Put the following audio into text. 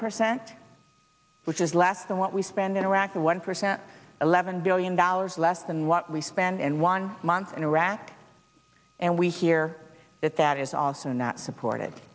percent which is less than what we spend interactive one percent eleven billion dollars less than what we spend in one month interact and we hear that that is also not supported it